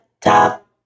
top